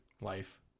Life